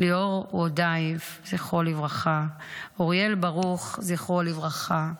ליאור רודאיף, זכרו לברכה,